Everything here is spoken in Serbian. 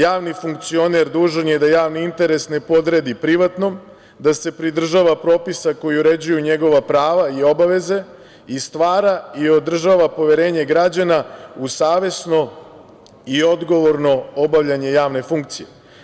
Javni funkcioner dužan je da javni interes ne podredi privatnom, da se pridržava propisa koji uređuju njegova prava i obaveze i stvara i održava poverenje građana u savesno i odgovorno obavljanje javne funkcije.